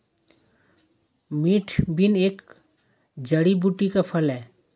मोठ बीन एक जड़ी बूटी का फल है